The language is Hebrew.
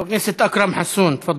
חבר הכנסת אכרם חסון, תפאדל.